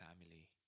family